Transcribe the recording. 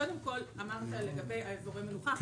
קודם כל אמרת לגבי אזורי המנוחה,